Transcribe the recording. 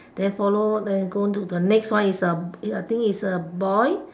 then follow then go to the next one is a I think is a boy